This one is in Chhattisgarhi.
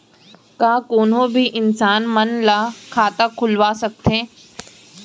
का कोनो भी इंसान मन ला खाता खुलवा सकथे?